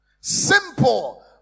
Simple